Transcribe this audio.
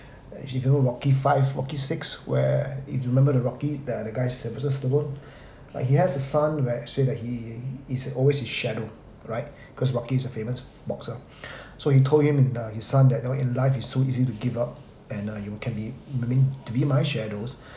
uh if you know rocky five rocky six where if you remember the rocky the the guy sylvester-stallone like he's has a son where I say that he's is always his shadow right cause rocky is a famous boxer so he's told him uh his son that you know in life is so easy to give up and uh you can be I mean to be my shadows